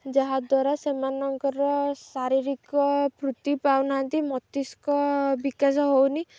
ଯାହାଦ୍ୱାରା ସେମାନଙ୍କର ଶାରୀରିକ ଫୁର୍ତ୍ତି ପାଉନାହାନ୍ତି ମସ୍ତିଷ୍କ ବିକାଶ ହେଉନି